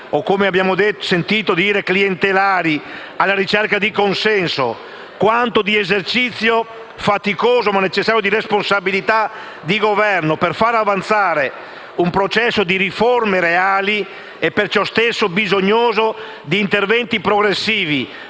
- come abbiamo sentito dire - o alla ricerca di consenso, quanto di esercizio faticoso ma necessario di responsabilità di governo, per far avanzare un processo di riforme reali e proprio per questo bisognoso di interventi progressivi,